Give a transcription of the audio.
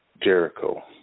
Jericho